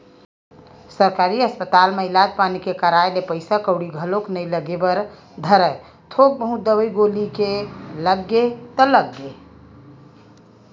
सरकारी अस्पताल म इलाज पानी के कराए ले पइसा कउड़ी घलोक नइ लगे बर धरय थोक बहुत दवई गोली के लग गे ता लग गे